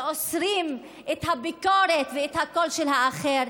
שאוסר את הביקורת ואת הקול של האחר,